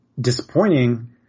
disappointing